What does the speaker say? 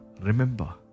Remember